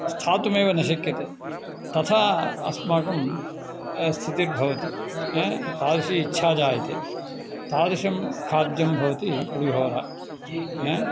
स्थातुमेव न शक्यते तथा अस्माकं स्थितिर्भवति तादृशी इच्छा जायते तादृशं खाद्यं भवति पुलिहोरा हा